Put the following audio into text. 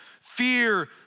fear